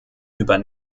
über